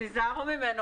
תיזהרו ממנו.